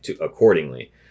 accordingly